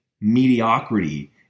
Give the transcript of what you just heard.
mediocrity